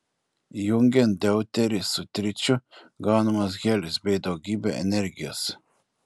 jungiant deuterį su tričiu gaunamas helis bei daugybė energijos